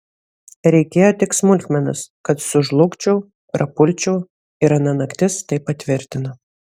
reikėjo tik smulkmenos kad sužlugčiau prapulčiau ir ana naktis tai patvirtino